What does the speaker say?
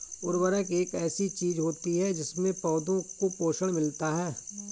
उर्वरक एक ऐसी चीज होती है जिससे पौधों को पोषण मिलता है